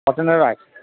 কটনেরও আছে